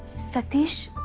satish,